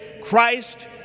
Christ